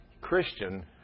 Christian